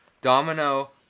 Domino